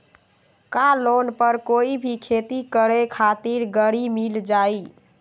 का लोन पर कोई भी खेती करें खातिर गरी मिल जाइ?